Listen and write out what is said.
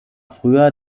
früher